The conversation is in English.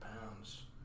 pounds